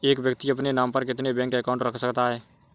एक व्यक्ति अपने नाम पर कितने बैंक अकाउंट रख सकता है?